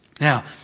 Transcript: Now